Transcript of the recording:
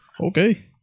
Okay